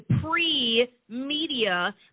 pre-media